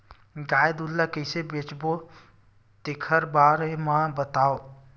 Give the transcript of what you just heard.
गाय दूध ल कइसे बेचबो तेखर बारे में बताओ?